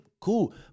Cool